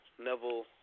Neville